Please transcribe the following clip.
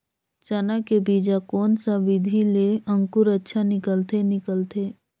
चाना के बीजा कोन सा विधि ले अंकुर अच्छा निकलथे निकलथे